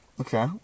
okay